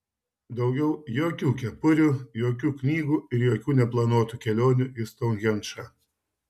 daugiau jokių kepurių jokių knygų ir jokių neplanuotų kelionių į stounhendžą